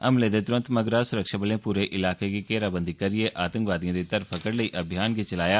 हमले दे तुरत मगरा सुरक्षाबले पूरे इलाके दी घेराबंदी करियै आतंकवादिए दी घर फगड़ लेई अभियान बी चलाया